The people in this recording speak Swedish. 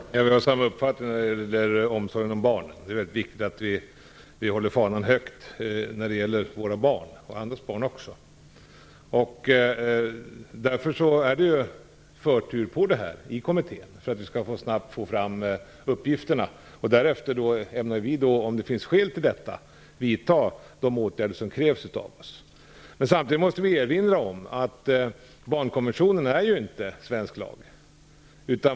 Herr talman! Vi har samma uppfattning när det gäller omsorgen om barnen - det är viktigt att vi håller fanan högt. Därför har den här frågan förtur i kommittén, för att vi snabbt skall få fram uppgifterna. Därefter ämnar vi, om det finns skäl till detta, vidta de åtgärder som krävs av oss. Samtidigt måste vi erinra om att barnkonventionen inte är svensk lag.